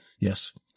Yes